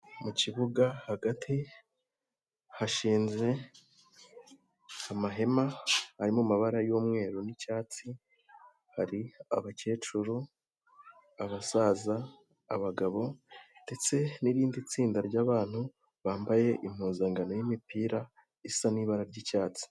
Mu kibuga hagati, hashinze amahema ari mu mabara y'umweru n'icyatsi, hari: abakecuru, abasaza, abagabo ndetse n'irindi tsinda ry'abantu bambaye impuzangano y'imipira isa n'ibara ry'icyatsi.